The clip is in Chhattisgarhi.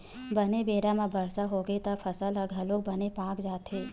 बने बेरा म बरसा होगे त फसल ह घलोक बने पाक जाथे